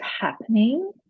happening